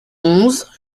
onze